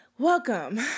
Welcome